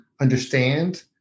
understand